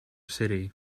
city